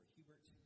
Hubert